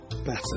better